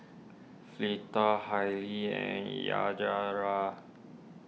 Fleeta Hailee and Yajaira